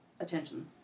attention